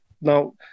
Now